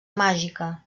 màgica